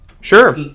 Sure